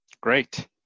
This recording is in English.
Great